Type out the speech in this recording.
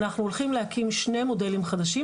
אנחנו הולכים להקים שני מודלים חדשים,